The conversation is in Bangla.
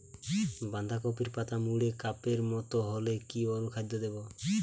বাঁধাকপির পাতা মুড়ে কাপের মতো হলে কি অনুখাদ্য দেবো?